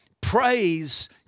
Praise